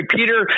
Peter